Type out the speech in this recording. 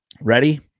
ready